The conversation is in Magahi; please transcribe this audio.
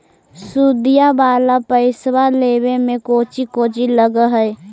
सुदिया वाला पैसबा लेबे में कोची कोची लगहय?